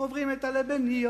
עוברים את הלבניות,